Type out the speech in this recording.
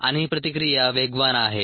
आणि ही प्रतिक्रिया वेगवान आहे